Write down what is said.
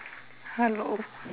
hello